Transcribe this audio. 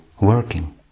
working